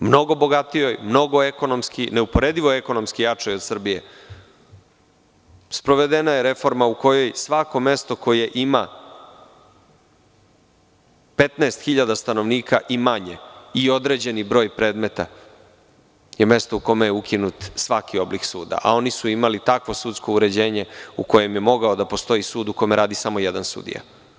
Mnogo bogatijoj, mnogo ekonomski jačoj od Srbije sprovedena je reforma u kojoj svako mesto koje ima 15 hiljada stanovnika i manje i određeni broj predmeta je mesto u kome je ukinut svaki oblik suda, a oni su imali takvo sudsko uređenje u kojem je mogao da postoji sud u kome radi samo jedan sudija.